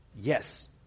Yes